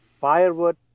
firewood